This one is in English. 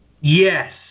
yes